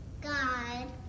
God